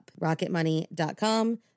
Rocketmoney.com